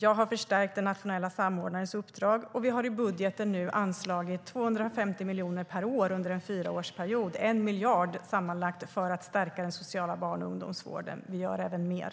Jag har förstärkt den nationella samordnarens uppdrag, och vi har i budgeten anslagit 250 miljoner per år under en fyraårsperiod, 1 miljard sammanlagt, för att stärka den sociala barn och ungdomsvården. Vi gör även mer.